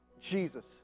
Jesus